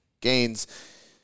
gains